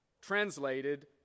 translated